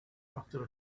after